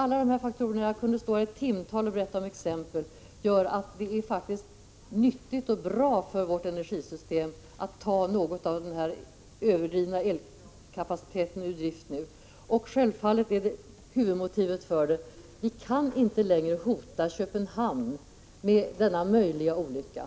Alla de här faktorerna — jag kunde stå i timtal och berätta om exempel — gör att det är nyttigt och bra för vårt energisystem att ta något av den överdrivna elkapaciteten ur drift nu. Självfallet är huvudmotivet att vi inte längre kan hota Köpenhamn med en olycka.